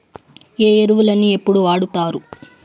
ఏ ఎరువులని ఎప్పుడు వాడుతారు?